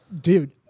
dude